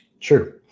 True